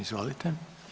Izvolite.